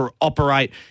operate